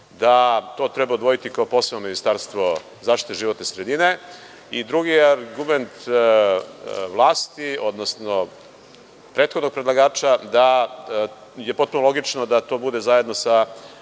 da to treba odvojiti kao posebno ministarstvo zaštite životne sredine, i drugi argument vlasti, odnosno prethodnog predlagača da je potpuno logično da to bude zajedno za